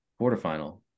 quarterfinal